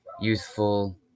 youthful